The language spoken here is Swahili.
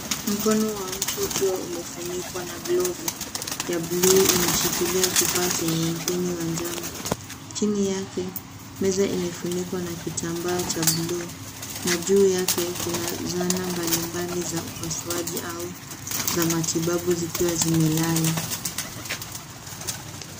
Mkono wa mtu ukiwa umefunikwa na glovu ya bluu unashikilia kifaa chenye mpini wa njano, chini yake meza imefunikwa na kitambaa cha bluu na juu yake kuna zana mbali mbali za upasuaji au za matibabu zikiwa zimelala.